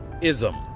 ism